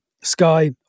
Sky